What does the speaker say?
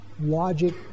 logic